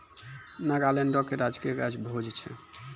नागालैंडो के राजकीय गाछ भोज छै